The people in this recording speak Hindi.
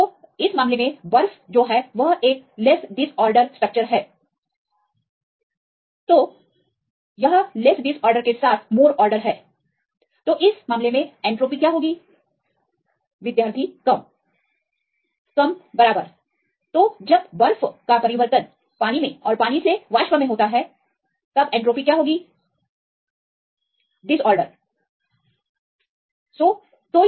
तो बर्फ का मामला क्या यह अधिक रेंडम या लेस डिसऑर्डरहै तोलेस डिसऑर्डरके साथ यह मोर आर्डर है तो इस मामले में एंट्रॉपी है Student Less विद्यार्थी कम कम बराबर और पानी की तुलना में तब पानी में इसकी वृद्धि होती है और आप जल वाष्प देख सकते हैं अधिकांशतः डिसऑर्डर है और आप ठोस से तरल और तरल से गैसीय अवस्था में भी अंतर देख सकते हैं